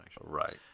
right